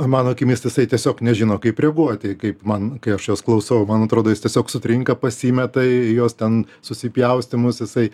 mano akimis jisai tiesiog nežino kaip reaguoti kaip man kai aš jos klausau man atrodo jis tiesiog sutrinka pasimeta jos ten susipjaustymus jisai